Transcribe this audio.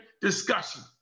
discussion